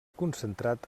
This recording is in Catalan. concentrat